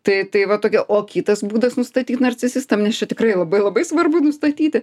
tai tai va tokia o kitas būdas nustatyt narcisistam nes čia tikrai labai labai svarbu nustatyti